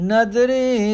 Nadri